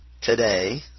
today